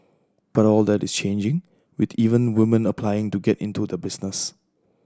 but all that is changing with even women applying to get into the business